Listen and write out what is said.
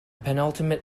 penultimate